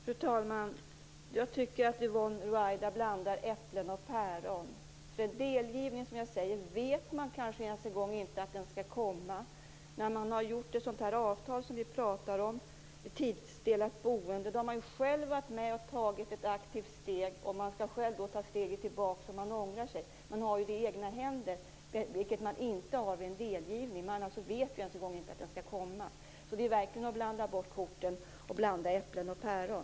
Fru talman! Jag tycker att Yvonne Ruwaida blandar äpplen och päron. Man kanske inte ens vet att en delgivning skall komma. När man har gjort ett avtal om tidsdelat boende har man själv varit med och tagit ett aktivt steg, och man skall själv ta steget tillbaks om man ångrar sig. Man har det i egna händer, vilket man inte har vid en delgivning. Man vet inte ens att den skall komma. Detta är verkligen att blanda bort korten och att blanda äpplen och päron.